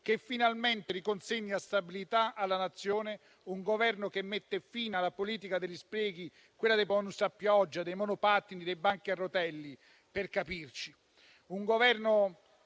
che finalmente riconsegna stabilità alla Nazione, un Governo che mette fine alla politica degli sprechi, quella dei *bonus* a pioggia, dei monopattini, dei banchi a rotelle, per capirci.